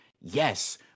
yes